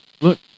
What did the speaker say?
Look